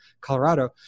Colorado